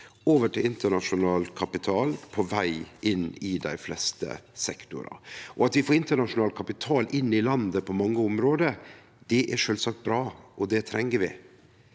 over til internasjonal kapital, som er på veg inn i dei fleste sektorane. At vi får internasjonal kapital inn i landet på mange område, er sjølvsagt bra, og det treng vi.